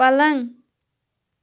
پلنٛگ